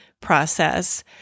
process